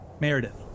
Meredith